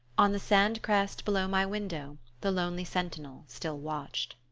on the sandcrest below my window the lonely sentinel still watched.